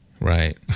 Right